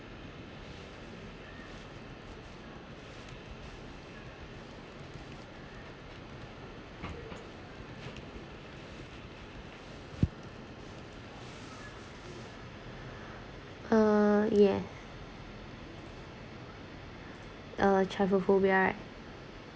uh yes uh travel phobia right